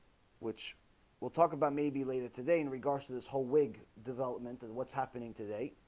which we'll talk about maybe later today in regards to this whole wig development and what's happening today?